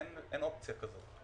אין אופציה כזאת.